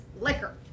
liquor